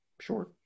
Sure